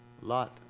Lot